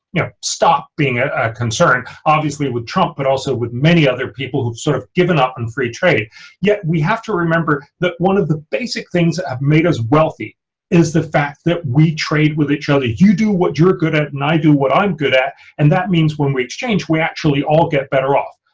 you know, stop being a concern obviously with trump but also with many other people who've sort of given up on and free trade yet we have to remember that one of the basic things that have made us wealthy is the fact that we trade with each ah other. you do what you're good at and i do what i'm good at and that means when we exchange we actually all get better off.